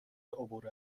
عبور